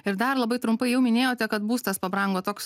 ir dar labai trumpai jau minėjote kad būstas pabrango toks